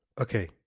okay